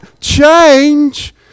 Change